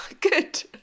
Good